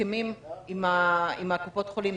הסכמים עם קופות החולים.